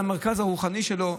למרכז הרוחני שלו,